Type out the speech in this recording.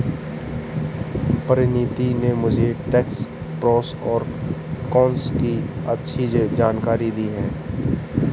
परिनीति ने मुझे tax pros और कोन्स की अच्छी जानकारी दी है